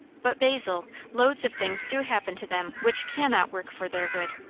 but, basil loads of things do happen to them which cannot work for their good.